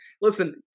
listen